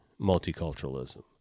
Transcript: multiculturalism